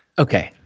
okay,